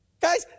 Guys